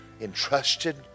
entrusted